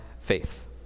faith